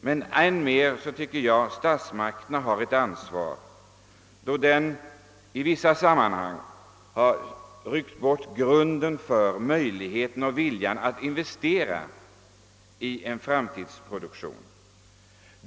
Men enligt min mening har statsmakterna ett ännu stör re ansvar, då de i vissa sammanhang tagit bort grunden för möjligheterna och viljan att investera i en framtidsproduktion.